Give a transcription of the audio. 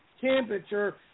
temperature